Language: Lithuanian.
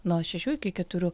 nuo šešių iki keturių